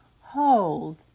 hold